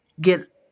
get